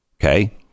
okay